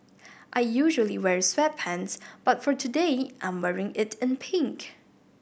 I usually wear sweatpants but for today I'm wearing it in pink